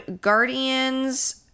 Guardians